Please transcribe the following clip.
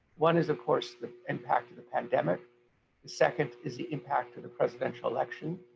one is, of course, the impact of the pandemic, the second is the impact of the presidential election,